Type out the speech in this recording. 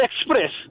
express